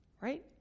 right